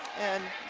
and